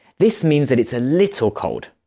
this means that it's a little cold.